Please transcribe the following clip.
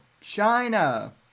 China